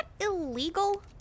illegal